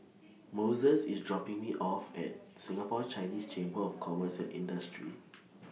Moses IS dropping Me off At Singapore Chinese Chamber of Commerce and Industry